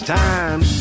time